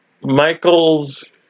Michael's